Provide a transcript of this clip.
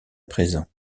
présent